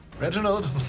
Reginald